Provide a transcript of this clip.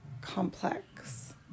complex